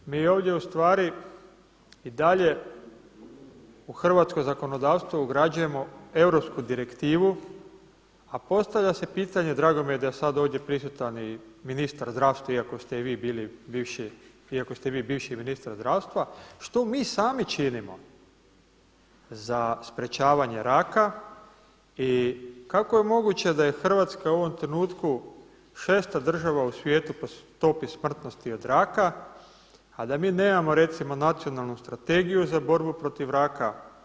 Mi ovdje u stvari i dalje u hrvatsko zakonodavstvo ugrađujemo europsku direktivu a postavlja se pitanje, drago mi je da je sada ovdje prisutan i ministar zdravstva iako ste i vi bili bivši, iako ste vi bivši ministar zdravstva što mi sami činimo za sprječavanje raka i kako je moguće da je Hrvatska u ovom trenutku 6. država u svijetu po stopi smrtnosti od raka a da i nemamo recimo Nacionalnu strategiju za borbu protiv raka?